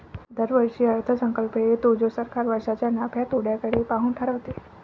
दरवर्षी अर्थसंकल्प येतो जो सरकार वर्षाच्या नफ्या तोट्याकडे पाहून ठरवते